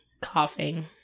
coughing